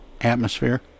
atmosphere